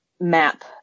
map